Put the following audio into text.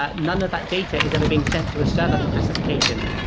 ah none of that data is ever being sent to a server for classification.